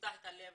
שיפתח את הלב